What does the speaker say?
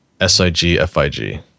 S-I-G-F-I-G